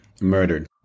murdered